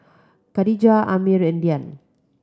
Khadija Ammir and Dian